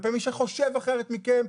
כלפי מי שחושב אחרת מכם?